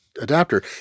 adapter